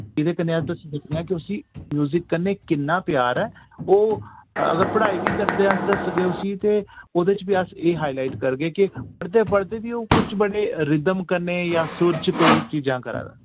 इदे कन्नै अस दस्सी सकनेयां के उस्सी म्यूजिक कन्नै किन्ना प्यार ऐ ओह् अगर पढ़ाई वि करदे अस दसगे उस्सी ते ओह्दे च वि अस एह् हाईलाइट करगे के पढ़दे पढ़दे वि ओ कुछ बड़े रिधम कन्नै यां सुर च कोई चीजां करा दा